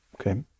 Okay